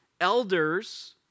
elders